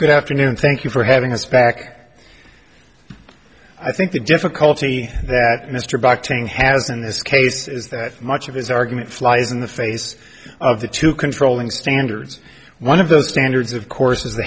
good afternoon thank you for having us back i think the difficulty that mr barak tang has in this case is that much of his argument flies in the face of the two controlling standards one of the standards of course